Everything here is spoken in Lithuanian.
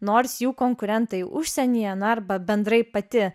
nors jų konkurentai užsienyje na arba bendrai pati